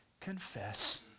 confess